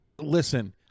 listen